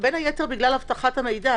בין היתר בגלל אבטחת המידע.